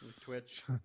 Twitch